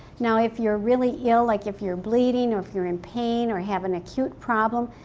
now if you're really ill, like if you're bleeding or if you're in pain or have an acute problem,